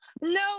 No